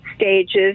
stages